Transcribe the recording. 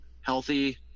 healthy